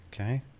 Okay